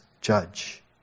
judge